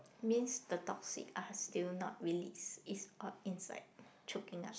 means the toxic are still not released it's all inside choking up